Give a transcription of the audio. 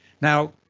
Now